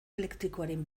elektrikoaren